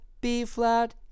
B-flat